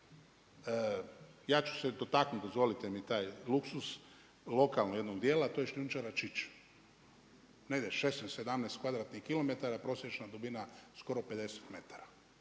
Ja ću se dotaknuti dozvolite mi taj luksuz lokalnog jednog dijela, a to je šljunčara Čiče, negdje 16, 17 kvadratnih kilometara, prosječna dubina skoro 50 metara.